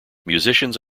musicians